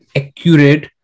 accurate